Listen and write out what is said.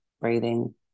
breathing